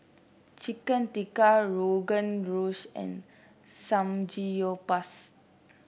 Chicken Tikka Rogan and Samgeyopsal